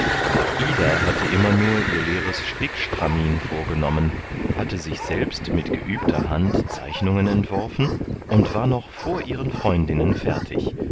ida hatte immer nur ihr leeres stickstramin vorgenommen hatte sich selbst mit geübter hand zeichnungen entworfen und war noch vor ihren freundinnen fertig